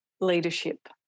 leadership